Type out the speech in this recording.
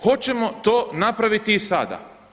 Hoćemo to napraviti i sada.